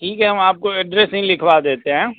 ठीक है हम आपको एड्रेस ही लिखवा देते हैं